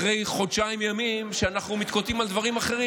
אחרי חודשיים ימים שאנחנו מתקוטטים על דברים אחרים.